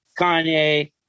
Kanye